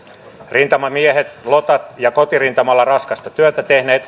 rintamamiehet lotat ja kotirintamalla raskasta työtä tehneet